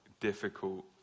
difficult